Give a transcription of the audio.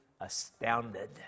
astounded